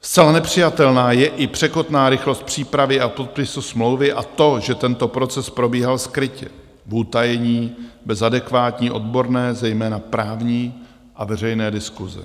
Zcela nepřijatelná je i překotná rychlost přípravy a podpisu smlouvy a to, že tento proces probíhal skrytě, v utajení, bez adekvátní odborné, zejména právní, a veřejné diskuse.